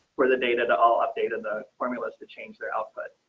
for the data to all updated the formulas to change their output.